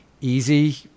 easy